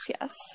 Yes